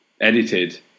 edited